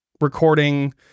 recording